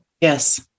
Yes